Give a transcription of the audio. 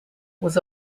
was